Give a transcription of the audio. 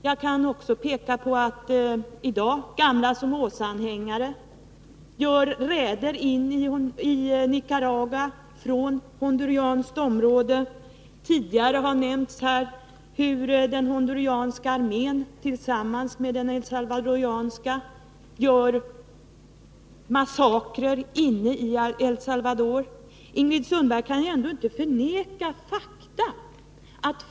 Jag kan också peka på att gamla Somozaanhängare i dag gör räder in i Nicaragua från honduranskt område. Tidigare har här nämnts att den honduranska armén tillsammans med den salvadoranska anställer massakrer inne i El Salvador. Ingrid Sundberg kan väl ändå inte förneka fakta.